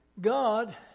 God